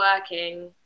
working